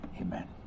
Amen